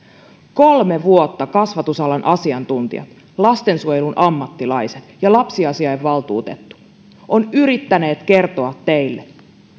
kolme vuotta kasvatusalan asiantuntijat lastensuojelun ammattilaiset ja lapsiasiainvaltuutettu ovat yrittäneet kertoa teille